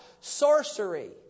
Sorcery